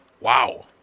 Wow